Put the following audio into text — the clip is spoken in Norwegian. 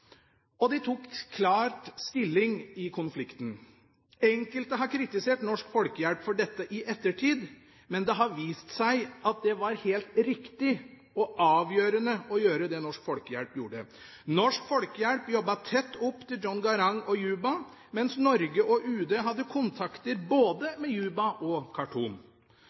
og de tok klart stilling i konflikten. Enkelte har kritisert Norsk Folkehjelp for dette i ettertid, men det har vist seg at det var helt riktig og avgjørende å gjøre det Norsk Folkehjelp gjorde. Norsk Folkehjelp jobbet tett opp til John Garang og Juba, mens Norge og UD hadde kontakter både med Juba og